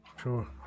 Sure